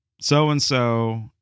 so-and-so